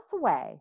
away